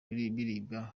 birirwa